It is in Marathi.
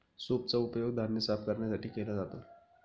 सूपचा उपयोग धान्य साफ करण्यासाठी केला जातो